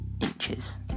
inches